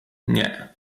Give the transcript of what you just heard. nie